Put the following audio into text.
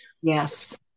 Yes